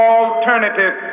alternative